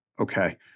Okay